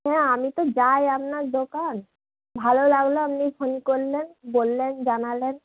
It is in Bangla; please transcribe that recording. হ্যাঁ আমি তো যাই আপনার দোকান ভালো লাগলো আপনি ফোন করলেন বললেন জানালেন